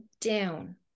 down